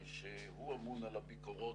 שהוא אמון על הביקורות,